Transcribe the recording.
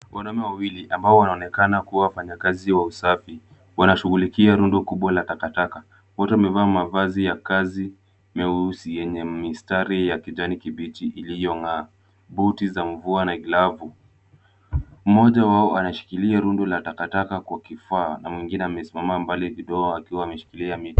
Wanaume wawili ambbao wanaonekana kuwa wafanyakazi wa usafi wanashughulikia rundo kubwa la takataka. Wote wamevaa mavazi ya kazi meusi yenye mistari ya kijani kibichi iliyong'aa, buti za mvua na galvu. Mmoja wao anashikilia rundo la takataka kwa kifaa na mwingine amesimama mbali kidogo akiwa ameshikilia miti.